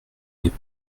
n’est